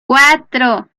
cuatro